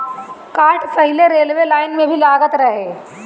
काठ पहिले railway line में भी लागत रहे